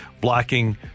blocking